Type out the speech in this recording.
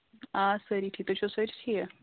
آ سٲری ٹھیٖک تُہۍ چھُو سٲری ٹھیٖک